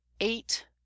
eight